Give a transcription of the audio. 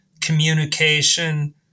communication